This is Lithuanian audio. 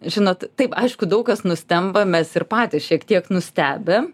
žinot taip aišku daug kas nustemba mes ir patys šiek tiek nustebę